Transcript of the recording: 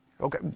Okay